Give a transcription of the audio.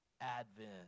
advent